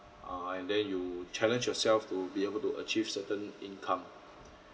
uh and then you challenge yourself to be able to achieve certain income